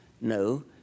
No